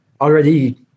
already